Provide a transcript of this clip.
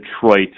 Detroit